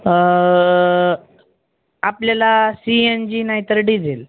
आपल्याला C N G नाहीतर diesel